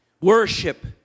Worship